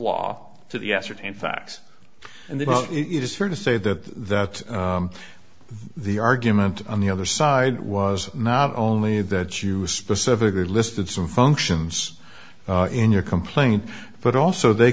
law to the ascertained facts and then it is fair to say that that the argument on the other side was not only that you specifically listed some functions in your complaint but also they